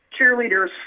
cheerleaders